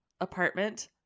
apartment